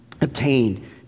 obtained